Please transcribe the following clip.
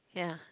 ya